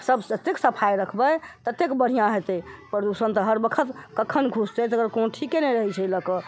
सभ जतेक सफाइ रखबै ततेक बढ़िआँ हेतै प्रदूषण तऽ हर वक्त कखन घुसतै तकर कोनो ठीके नहि रहै छै लए कऽ